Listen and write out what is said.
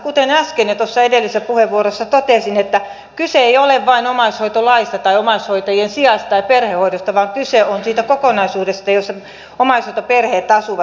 kuten äsken jo edellisessä puheenvuorossa totesin kyse ei ole vain omaishoitolaista tai omaishoitajien sijais tai perhehoidosta vaan kyse on siitä kokonaisuudesta jossa omaishoitoperheet asuvat